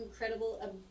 incredible